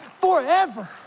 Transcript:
forever